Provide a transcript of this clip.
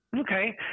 Okay